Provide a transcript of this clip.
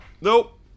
nope